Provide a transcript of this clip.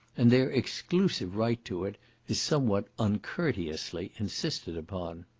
and their exclusive right to it is somewhat uncourteously insisted upon.